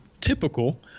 typical